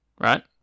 Right